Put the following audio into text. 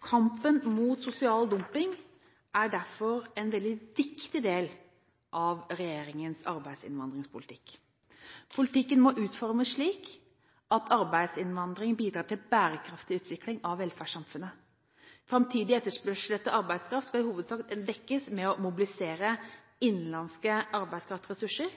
Kampen mot sosial dumping er derfor en veldig viktig del av regjeringens arbeidsinnvandringspolitikk. Politikken må utformes slik at arbeidsinnvandring bidrar til en bærekraftig utvikling av velferdssamfunnet. Framtidig etterspørsel etter arbeidskraft bør i hovedsak dekkes ved å mobilisere innenlandske arbeidskraftressurser.